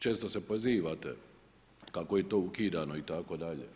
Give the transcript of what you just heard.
Često se pozivate kako je to ukidano itd.